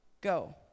go